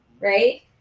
right